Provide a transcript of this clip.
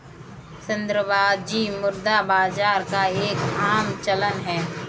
सट्टेबाजी मुद्रा बाजार का एक आम चलन है